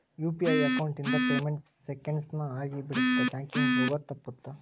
UPI account ಇಂದ payment seconds ನ ಆಗಿಬಿಡತ್ತ ಬ್ಯಾಂಕಿಂಗ್ ಹೋಗೋದ್ ತಪ್ಪುತ್ತ